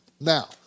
Now